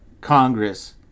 congress